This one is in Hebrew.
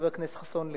חבר הכנסת חסון,